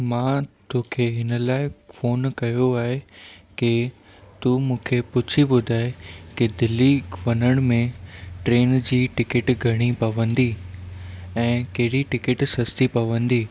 मां तोखे हिन लाइ फोन कयो आहे कि तूं मूंखे पुछी ॿुधाए कि दिल्ली वञण में ट्रेन जी टिकिट घणी पवंदी ऐं कहिड़ी टिकिट सस्ती पवंदी